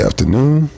Afternoon